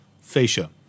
fascia